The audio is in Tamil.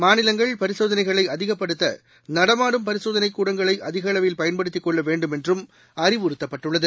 மாநிலங்கள் பரிசோதனைகளைஅதிகப்படுத்தநடமாடும் பரிசோதனைக் கூடங்களைஅதிகஅளவில் பயன்படுத்திக் கொள்ளவேண்டும் என்றும் அறிவறுத்தப்பட்டுள்ளது